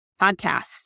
podcast